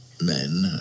men